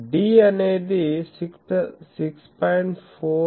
D అనేది 6